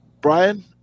Brian